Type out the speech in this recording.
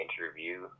interview